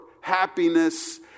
happiness